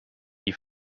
die